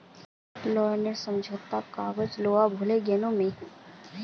loan समझोता तार कागजात लूवा भूल ले गेनु मि